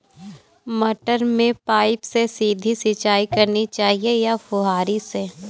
मटर में पाइप से सीधे सिंचाई करनी चाहिए या फुहरी से?